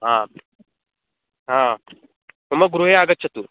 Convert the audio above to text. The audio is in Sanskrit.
हा हा मम गृहे आगच्छतु